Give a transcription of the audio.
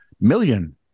million